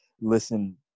listen